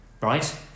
right